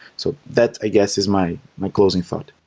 so that i guess is my my closing thought.